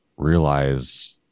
realize